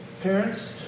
Parents